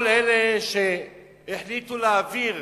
כל אלה שהחליטו להעביר